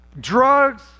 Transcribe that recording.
Drugs